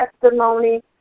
testimony